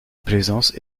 plaisance